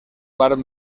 part